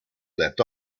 left